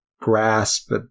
grasp